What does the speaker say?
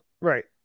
Right